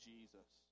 Jesus